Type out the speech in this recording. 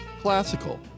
classical